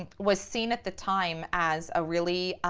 was seen at the time as a really